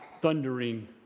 thundering